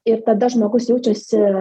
ir tada žmogus jaučiasi